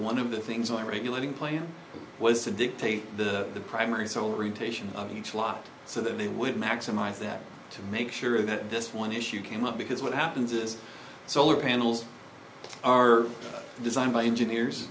one of the things like regulating plan was to dictate the primary so retention of each lot so that they would maximize that to make sure that this one issue came up because what happens is solar panels are designed by engineers